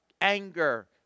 anger